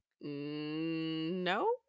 no